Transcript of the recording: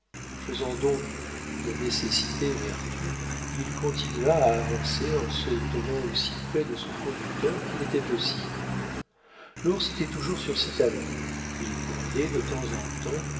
faisant donc de nécessité vertu il continua à avancer en se tenant aussi près de son conducteur qu'il était possible l'ours était toujours sur ses talons il grondait de temps en temps